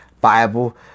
Bible